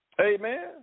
Amen